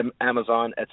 Amazon